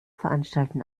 veranstalten